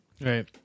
Right